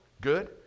good